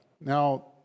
Now